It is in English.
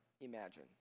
imagine